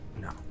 No